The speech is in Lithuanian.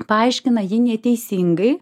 paaiškina jį neteisingai